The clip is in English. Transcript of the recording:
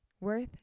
worth